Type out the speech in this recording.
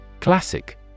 Classic